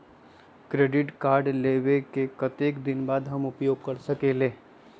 Credit card लेबे के कतेक दिन बाद हम उपयोग कर सकेला?